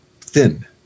thin